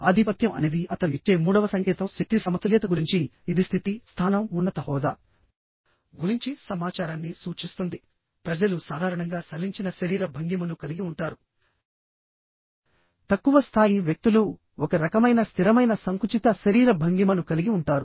ఆధిపత్యం అనేది అతను ఇచ్చే మూడవ సంకేతం శక్తి సమతుల్యత గురించి ఇది స్థితి స్థానం ఉన్నత హోదా గురించి సమాచారాన్ని సూచిస్తుంది ప్రజలు సాధారణంగా సడలించిన శరీర భంగిమను కలిగి ఉంటారు తక్కువ స్థాయి వ్యక్తులు ఒక రకమైన స్థిరమైన సంకుచిత శరీర భంగిమను కలిగి ఉంటారు